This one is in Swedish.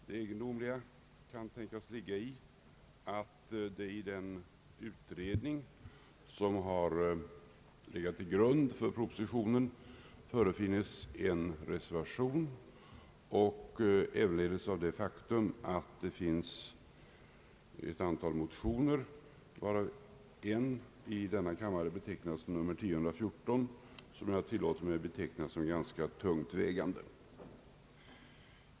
Det egendomliga kan tänkas ligga i att det i den utredning som har legat till grund för propositionen finns en reservation och att det ävenledes finns ett antal motioner, varav en, I: 1014, som jag tillåter mig beteckna som ganska tungt vägande.